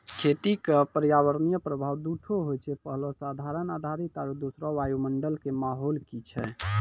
खेती क पर्यावरणीय प्रभाव दू ठो होय छै, पहलो साधन आधारित आरु दोसरो वायुमंडल कॅ माहौल की छै